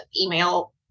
email